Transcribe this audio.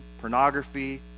pornography